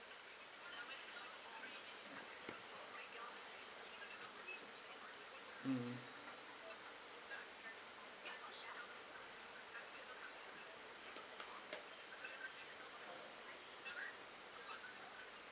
mm